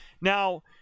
Now